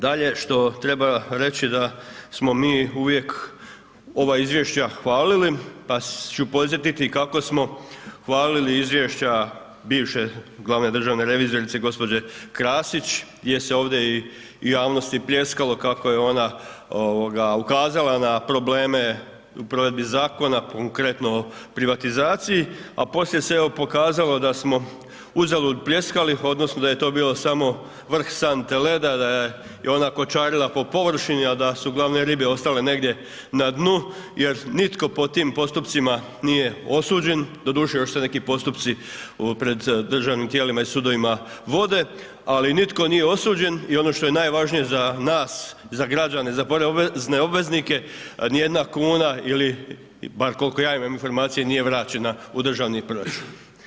Dalje što treba reći da smo mi uvijek ova izvješća hvalili pa ću podsjetiti kako smo hvalili izvješća bivše glavne državne revizorice gđe. Krasić jer se ovdje i u javnosti pljeskalo kako je ona ukazala na probleme u provedbi zakona, konkretno privatizaciji a poslije se evo pokazalo da smo uzalud pljeskali odnosno da je to bilo samo vrh sante leda, da je ona kočarila po površini a da su glavne ribe ostale negdje na dnu jer nitko pod tim postupcima nije osuđen, doduše još se neki postupci pred državnim tijelima i sudovima vode ali nitko nije osuđen i ono što je najvažnije za nas, za građen, za porezne obveznike, jedna kuna ili bar koliko ja imam informacija, nije vraćena u državni proračun.